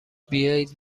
بیایید